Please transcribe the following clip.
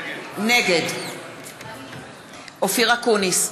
נגד אופיר אקוניס,